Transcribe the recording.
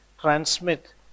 transmit